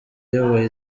iyoboye